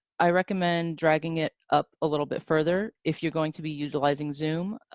i recommend dragging it up a little bit further if you're going to be utilizing zoom,